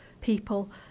people